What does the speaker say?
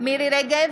מירי מרים רגב,